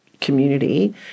community